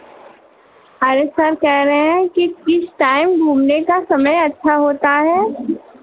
अरे सर कह रहे हैं कि किस टाइम घूमने का समय अच्छा होता है